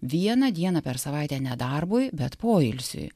vieną dieną per savaitę ne darbui bet poilsiui